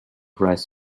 dries